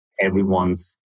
everyone's